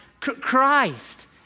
Christ